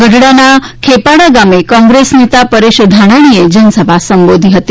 ગઢડાના ખેપાળા ગામે કોંગ્રેસ નેતા પરેશ ધાનાણીએ જનસભા સંબોધી હતી